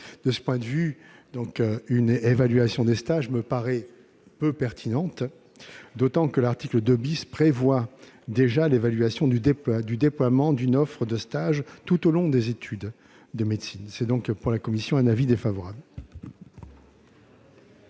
De ce point de vue, proposer une évaluation des stages me paraît peu pertinent, d'autant que l'article 2 prévoit déjà l'évaluation du déploiement d'une offre de stages tout au long des études de médecine. Avis défavorable.